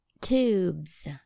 Tubes